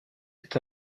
est